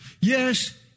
Yes